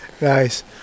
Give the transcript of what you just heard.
nice